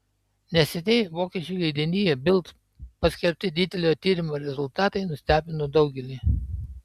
neseniai vokiečių leidinyje bild paskelbti didelio tyrimo rezultatai nustebino daugelį